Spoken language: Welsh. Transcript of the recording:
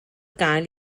gael